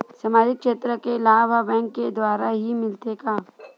सामाजिक क्षेत्र के लाभ हा बैंक के द्वारा ही मिलथे का?